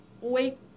wake